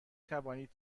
توانید